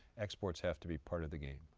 exports have to be part of the game.